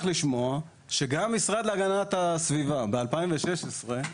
לשמוע שגם המשרד להגנת הסביבה בשנת 2016,